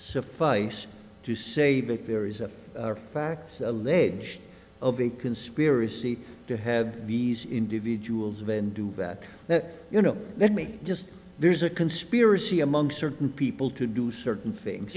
suffice to say that there is a fact allege of a conspiracy to have these individuals when do that that you know let me just there's a conspiracy among certain people to do certain things